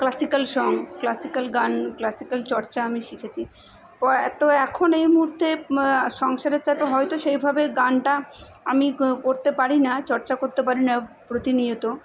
classical song classical গান classical চর্চা আমি শিখেছি অ এতো এখন এই মুহূর্তে সংসারের চাপে হয়তো সেইভাবে গানটা আমি করতে পারি না চর্চা করতে পারি না প্রতিনিয়ত